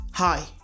Hi